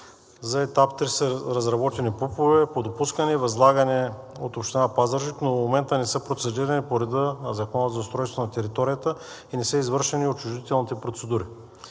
За Етап III са разработени ПУП-ове по допускане и възлагане от Община Пазарджик, но до момента не са процедирани по реда на Закона за устройство на територията и не са извършени отчуждителните процедури.